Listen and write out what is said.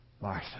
Martha